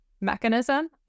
mechanism